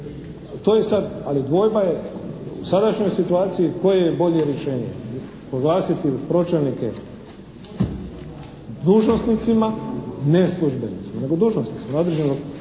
To je sad, ali dvojba je u sadašnjoj situaciji koje je bolje rješenje. Proglasiti pročelnike dužnosnicima, ne službenicima nego dužnosnicima na određenim